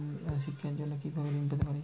শিক্ষার জন্য কি ভাবে ঋণ পেতে পারি?